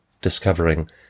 discovering